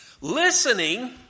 Listening